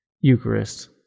Eucharist